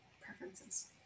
Preferences